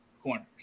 corners